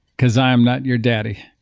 because i'm not your daddy.